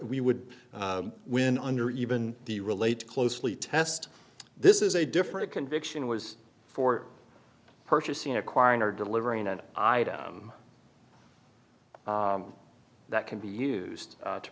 we would win under even the relate closely test this is a different conviction was for purchasing acquiring are delivering an item that can be used to